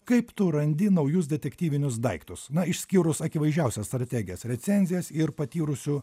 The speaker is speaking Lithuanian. kaip tu randi naujus detektyvinius daiktus na išskyrus akivaizdžiausias strategijas recenzijas ir patyrusių